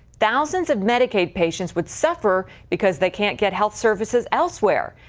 thousands of medicaid patients would suffer, because they can't get health services elsewhere.